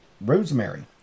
Rosemary